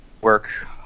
work